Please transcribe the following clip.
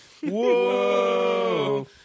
Whoa